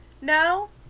No